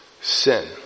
sin